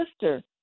sister